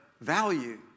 value